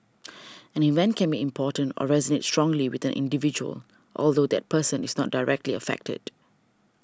an event can be important or resonate strongly with an individual although that person is not directly affected